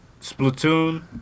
Splatoon